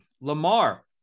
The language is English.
Lamar